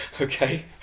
Okay